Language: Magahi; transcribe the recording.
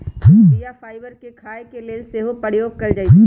कुछ बीया फाइबर के खाय के लेल सेहो प्रयोग कयल जाइ छइ